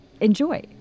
enjoy